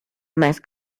más